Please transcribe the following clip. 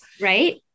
Right